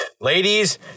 Ladies